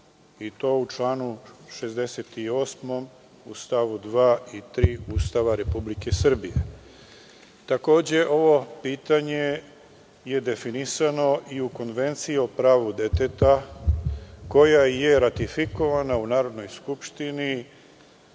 i to u članu 68. u stavu 2. i 3. Ustava Republike Srbije. Takođe, ovo pitanje je definisano i u Konvenciji o pravu deteta, koja je ratifikovana u Narodnoj skupštini